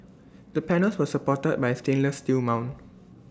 the panels were supported by A stainless steel mount